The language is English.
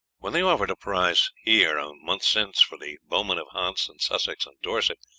when they offered prizes here a month since for the bowmen of hants and sussex and dorset,